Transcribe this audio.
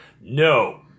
No